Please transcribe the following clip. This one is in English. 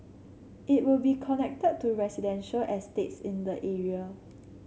it will be connected to residential estates in the area